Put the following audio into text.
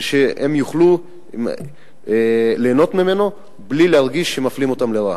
ושהם יוכלו ליהנות ממנו בלי להרגיש שמפלים אותם לרעה.